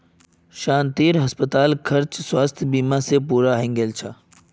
शांतिर अस्पताल खर्च स्वास्थ बीमा स पूर्ण हइ गेल छ